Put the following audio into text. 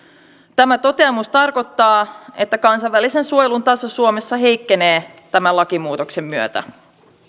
tämä toteamus tarkoittaa että kansainvälisen suojelun taso suomessa heikkenee tämän lakimuutoksen myötä